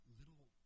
little